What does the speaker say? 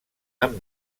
amb